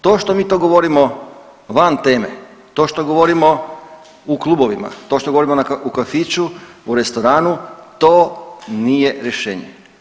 To što mi to govorimo van teme, to što govorimo u klubovima, to što govorimo u kafiću, u restoranu, to nije rješenje.